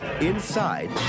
Inside